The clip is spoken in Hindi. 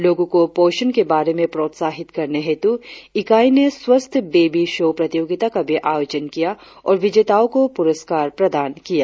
लोगों को पोषण के बारे में प्रोत्साहित करने हेतु इकाई ने स्वस्थ बेबी शो प्रतियोगिता का भी आयोजन किया और विजेताओं को पुरस्कार प्रदान किया गया